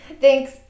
Thanks